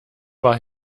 war